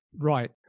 Right